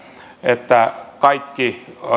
että kaikki